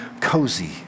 cozy